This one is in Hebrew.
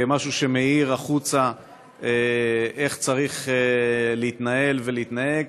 כמשהו שמאיר החוצה איך צריך להתנהל ולהתנהג.